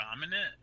dominant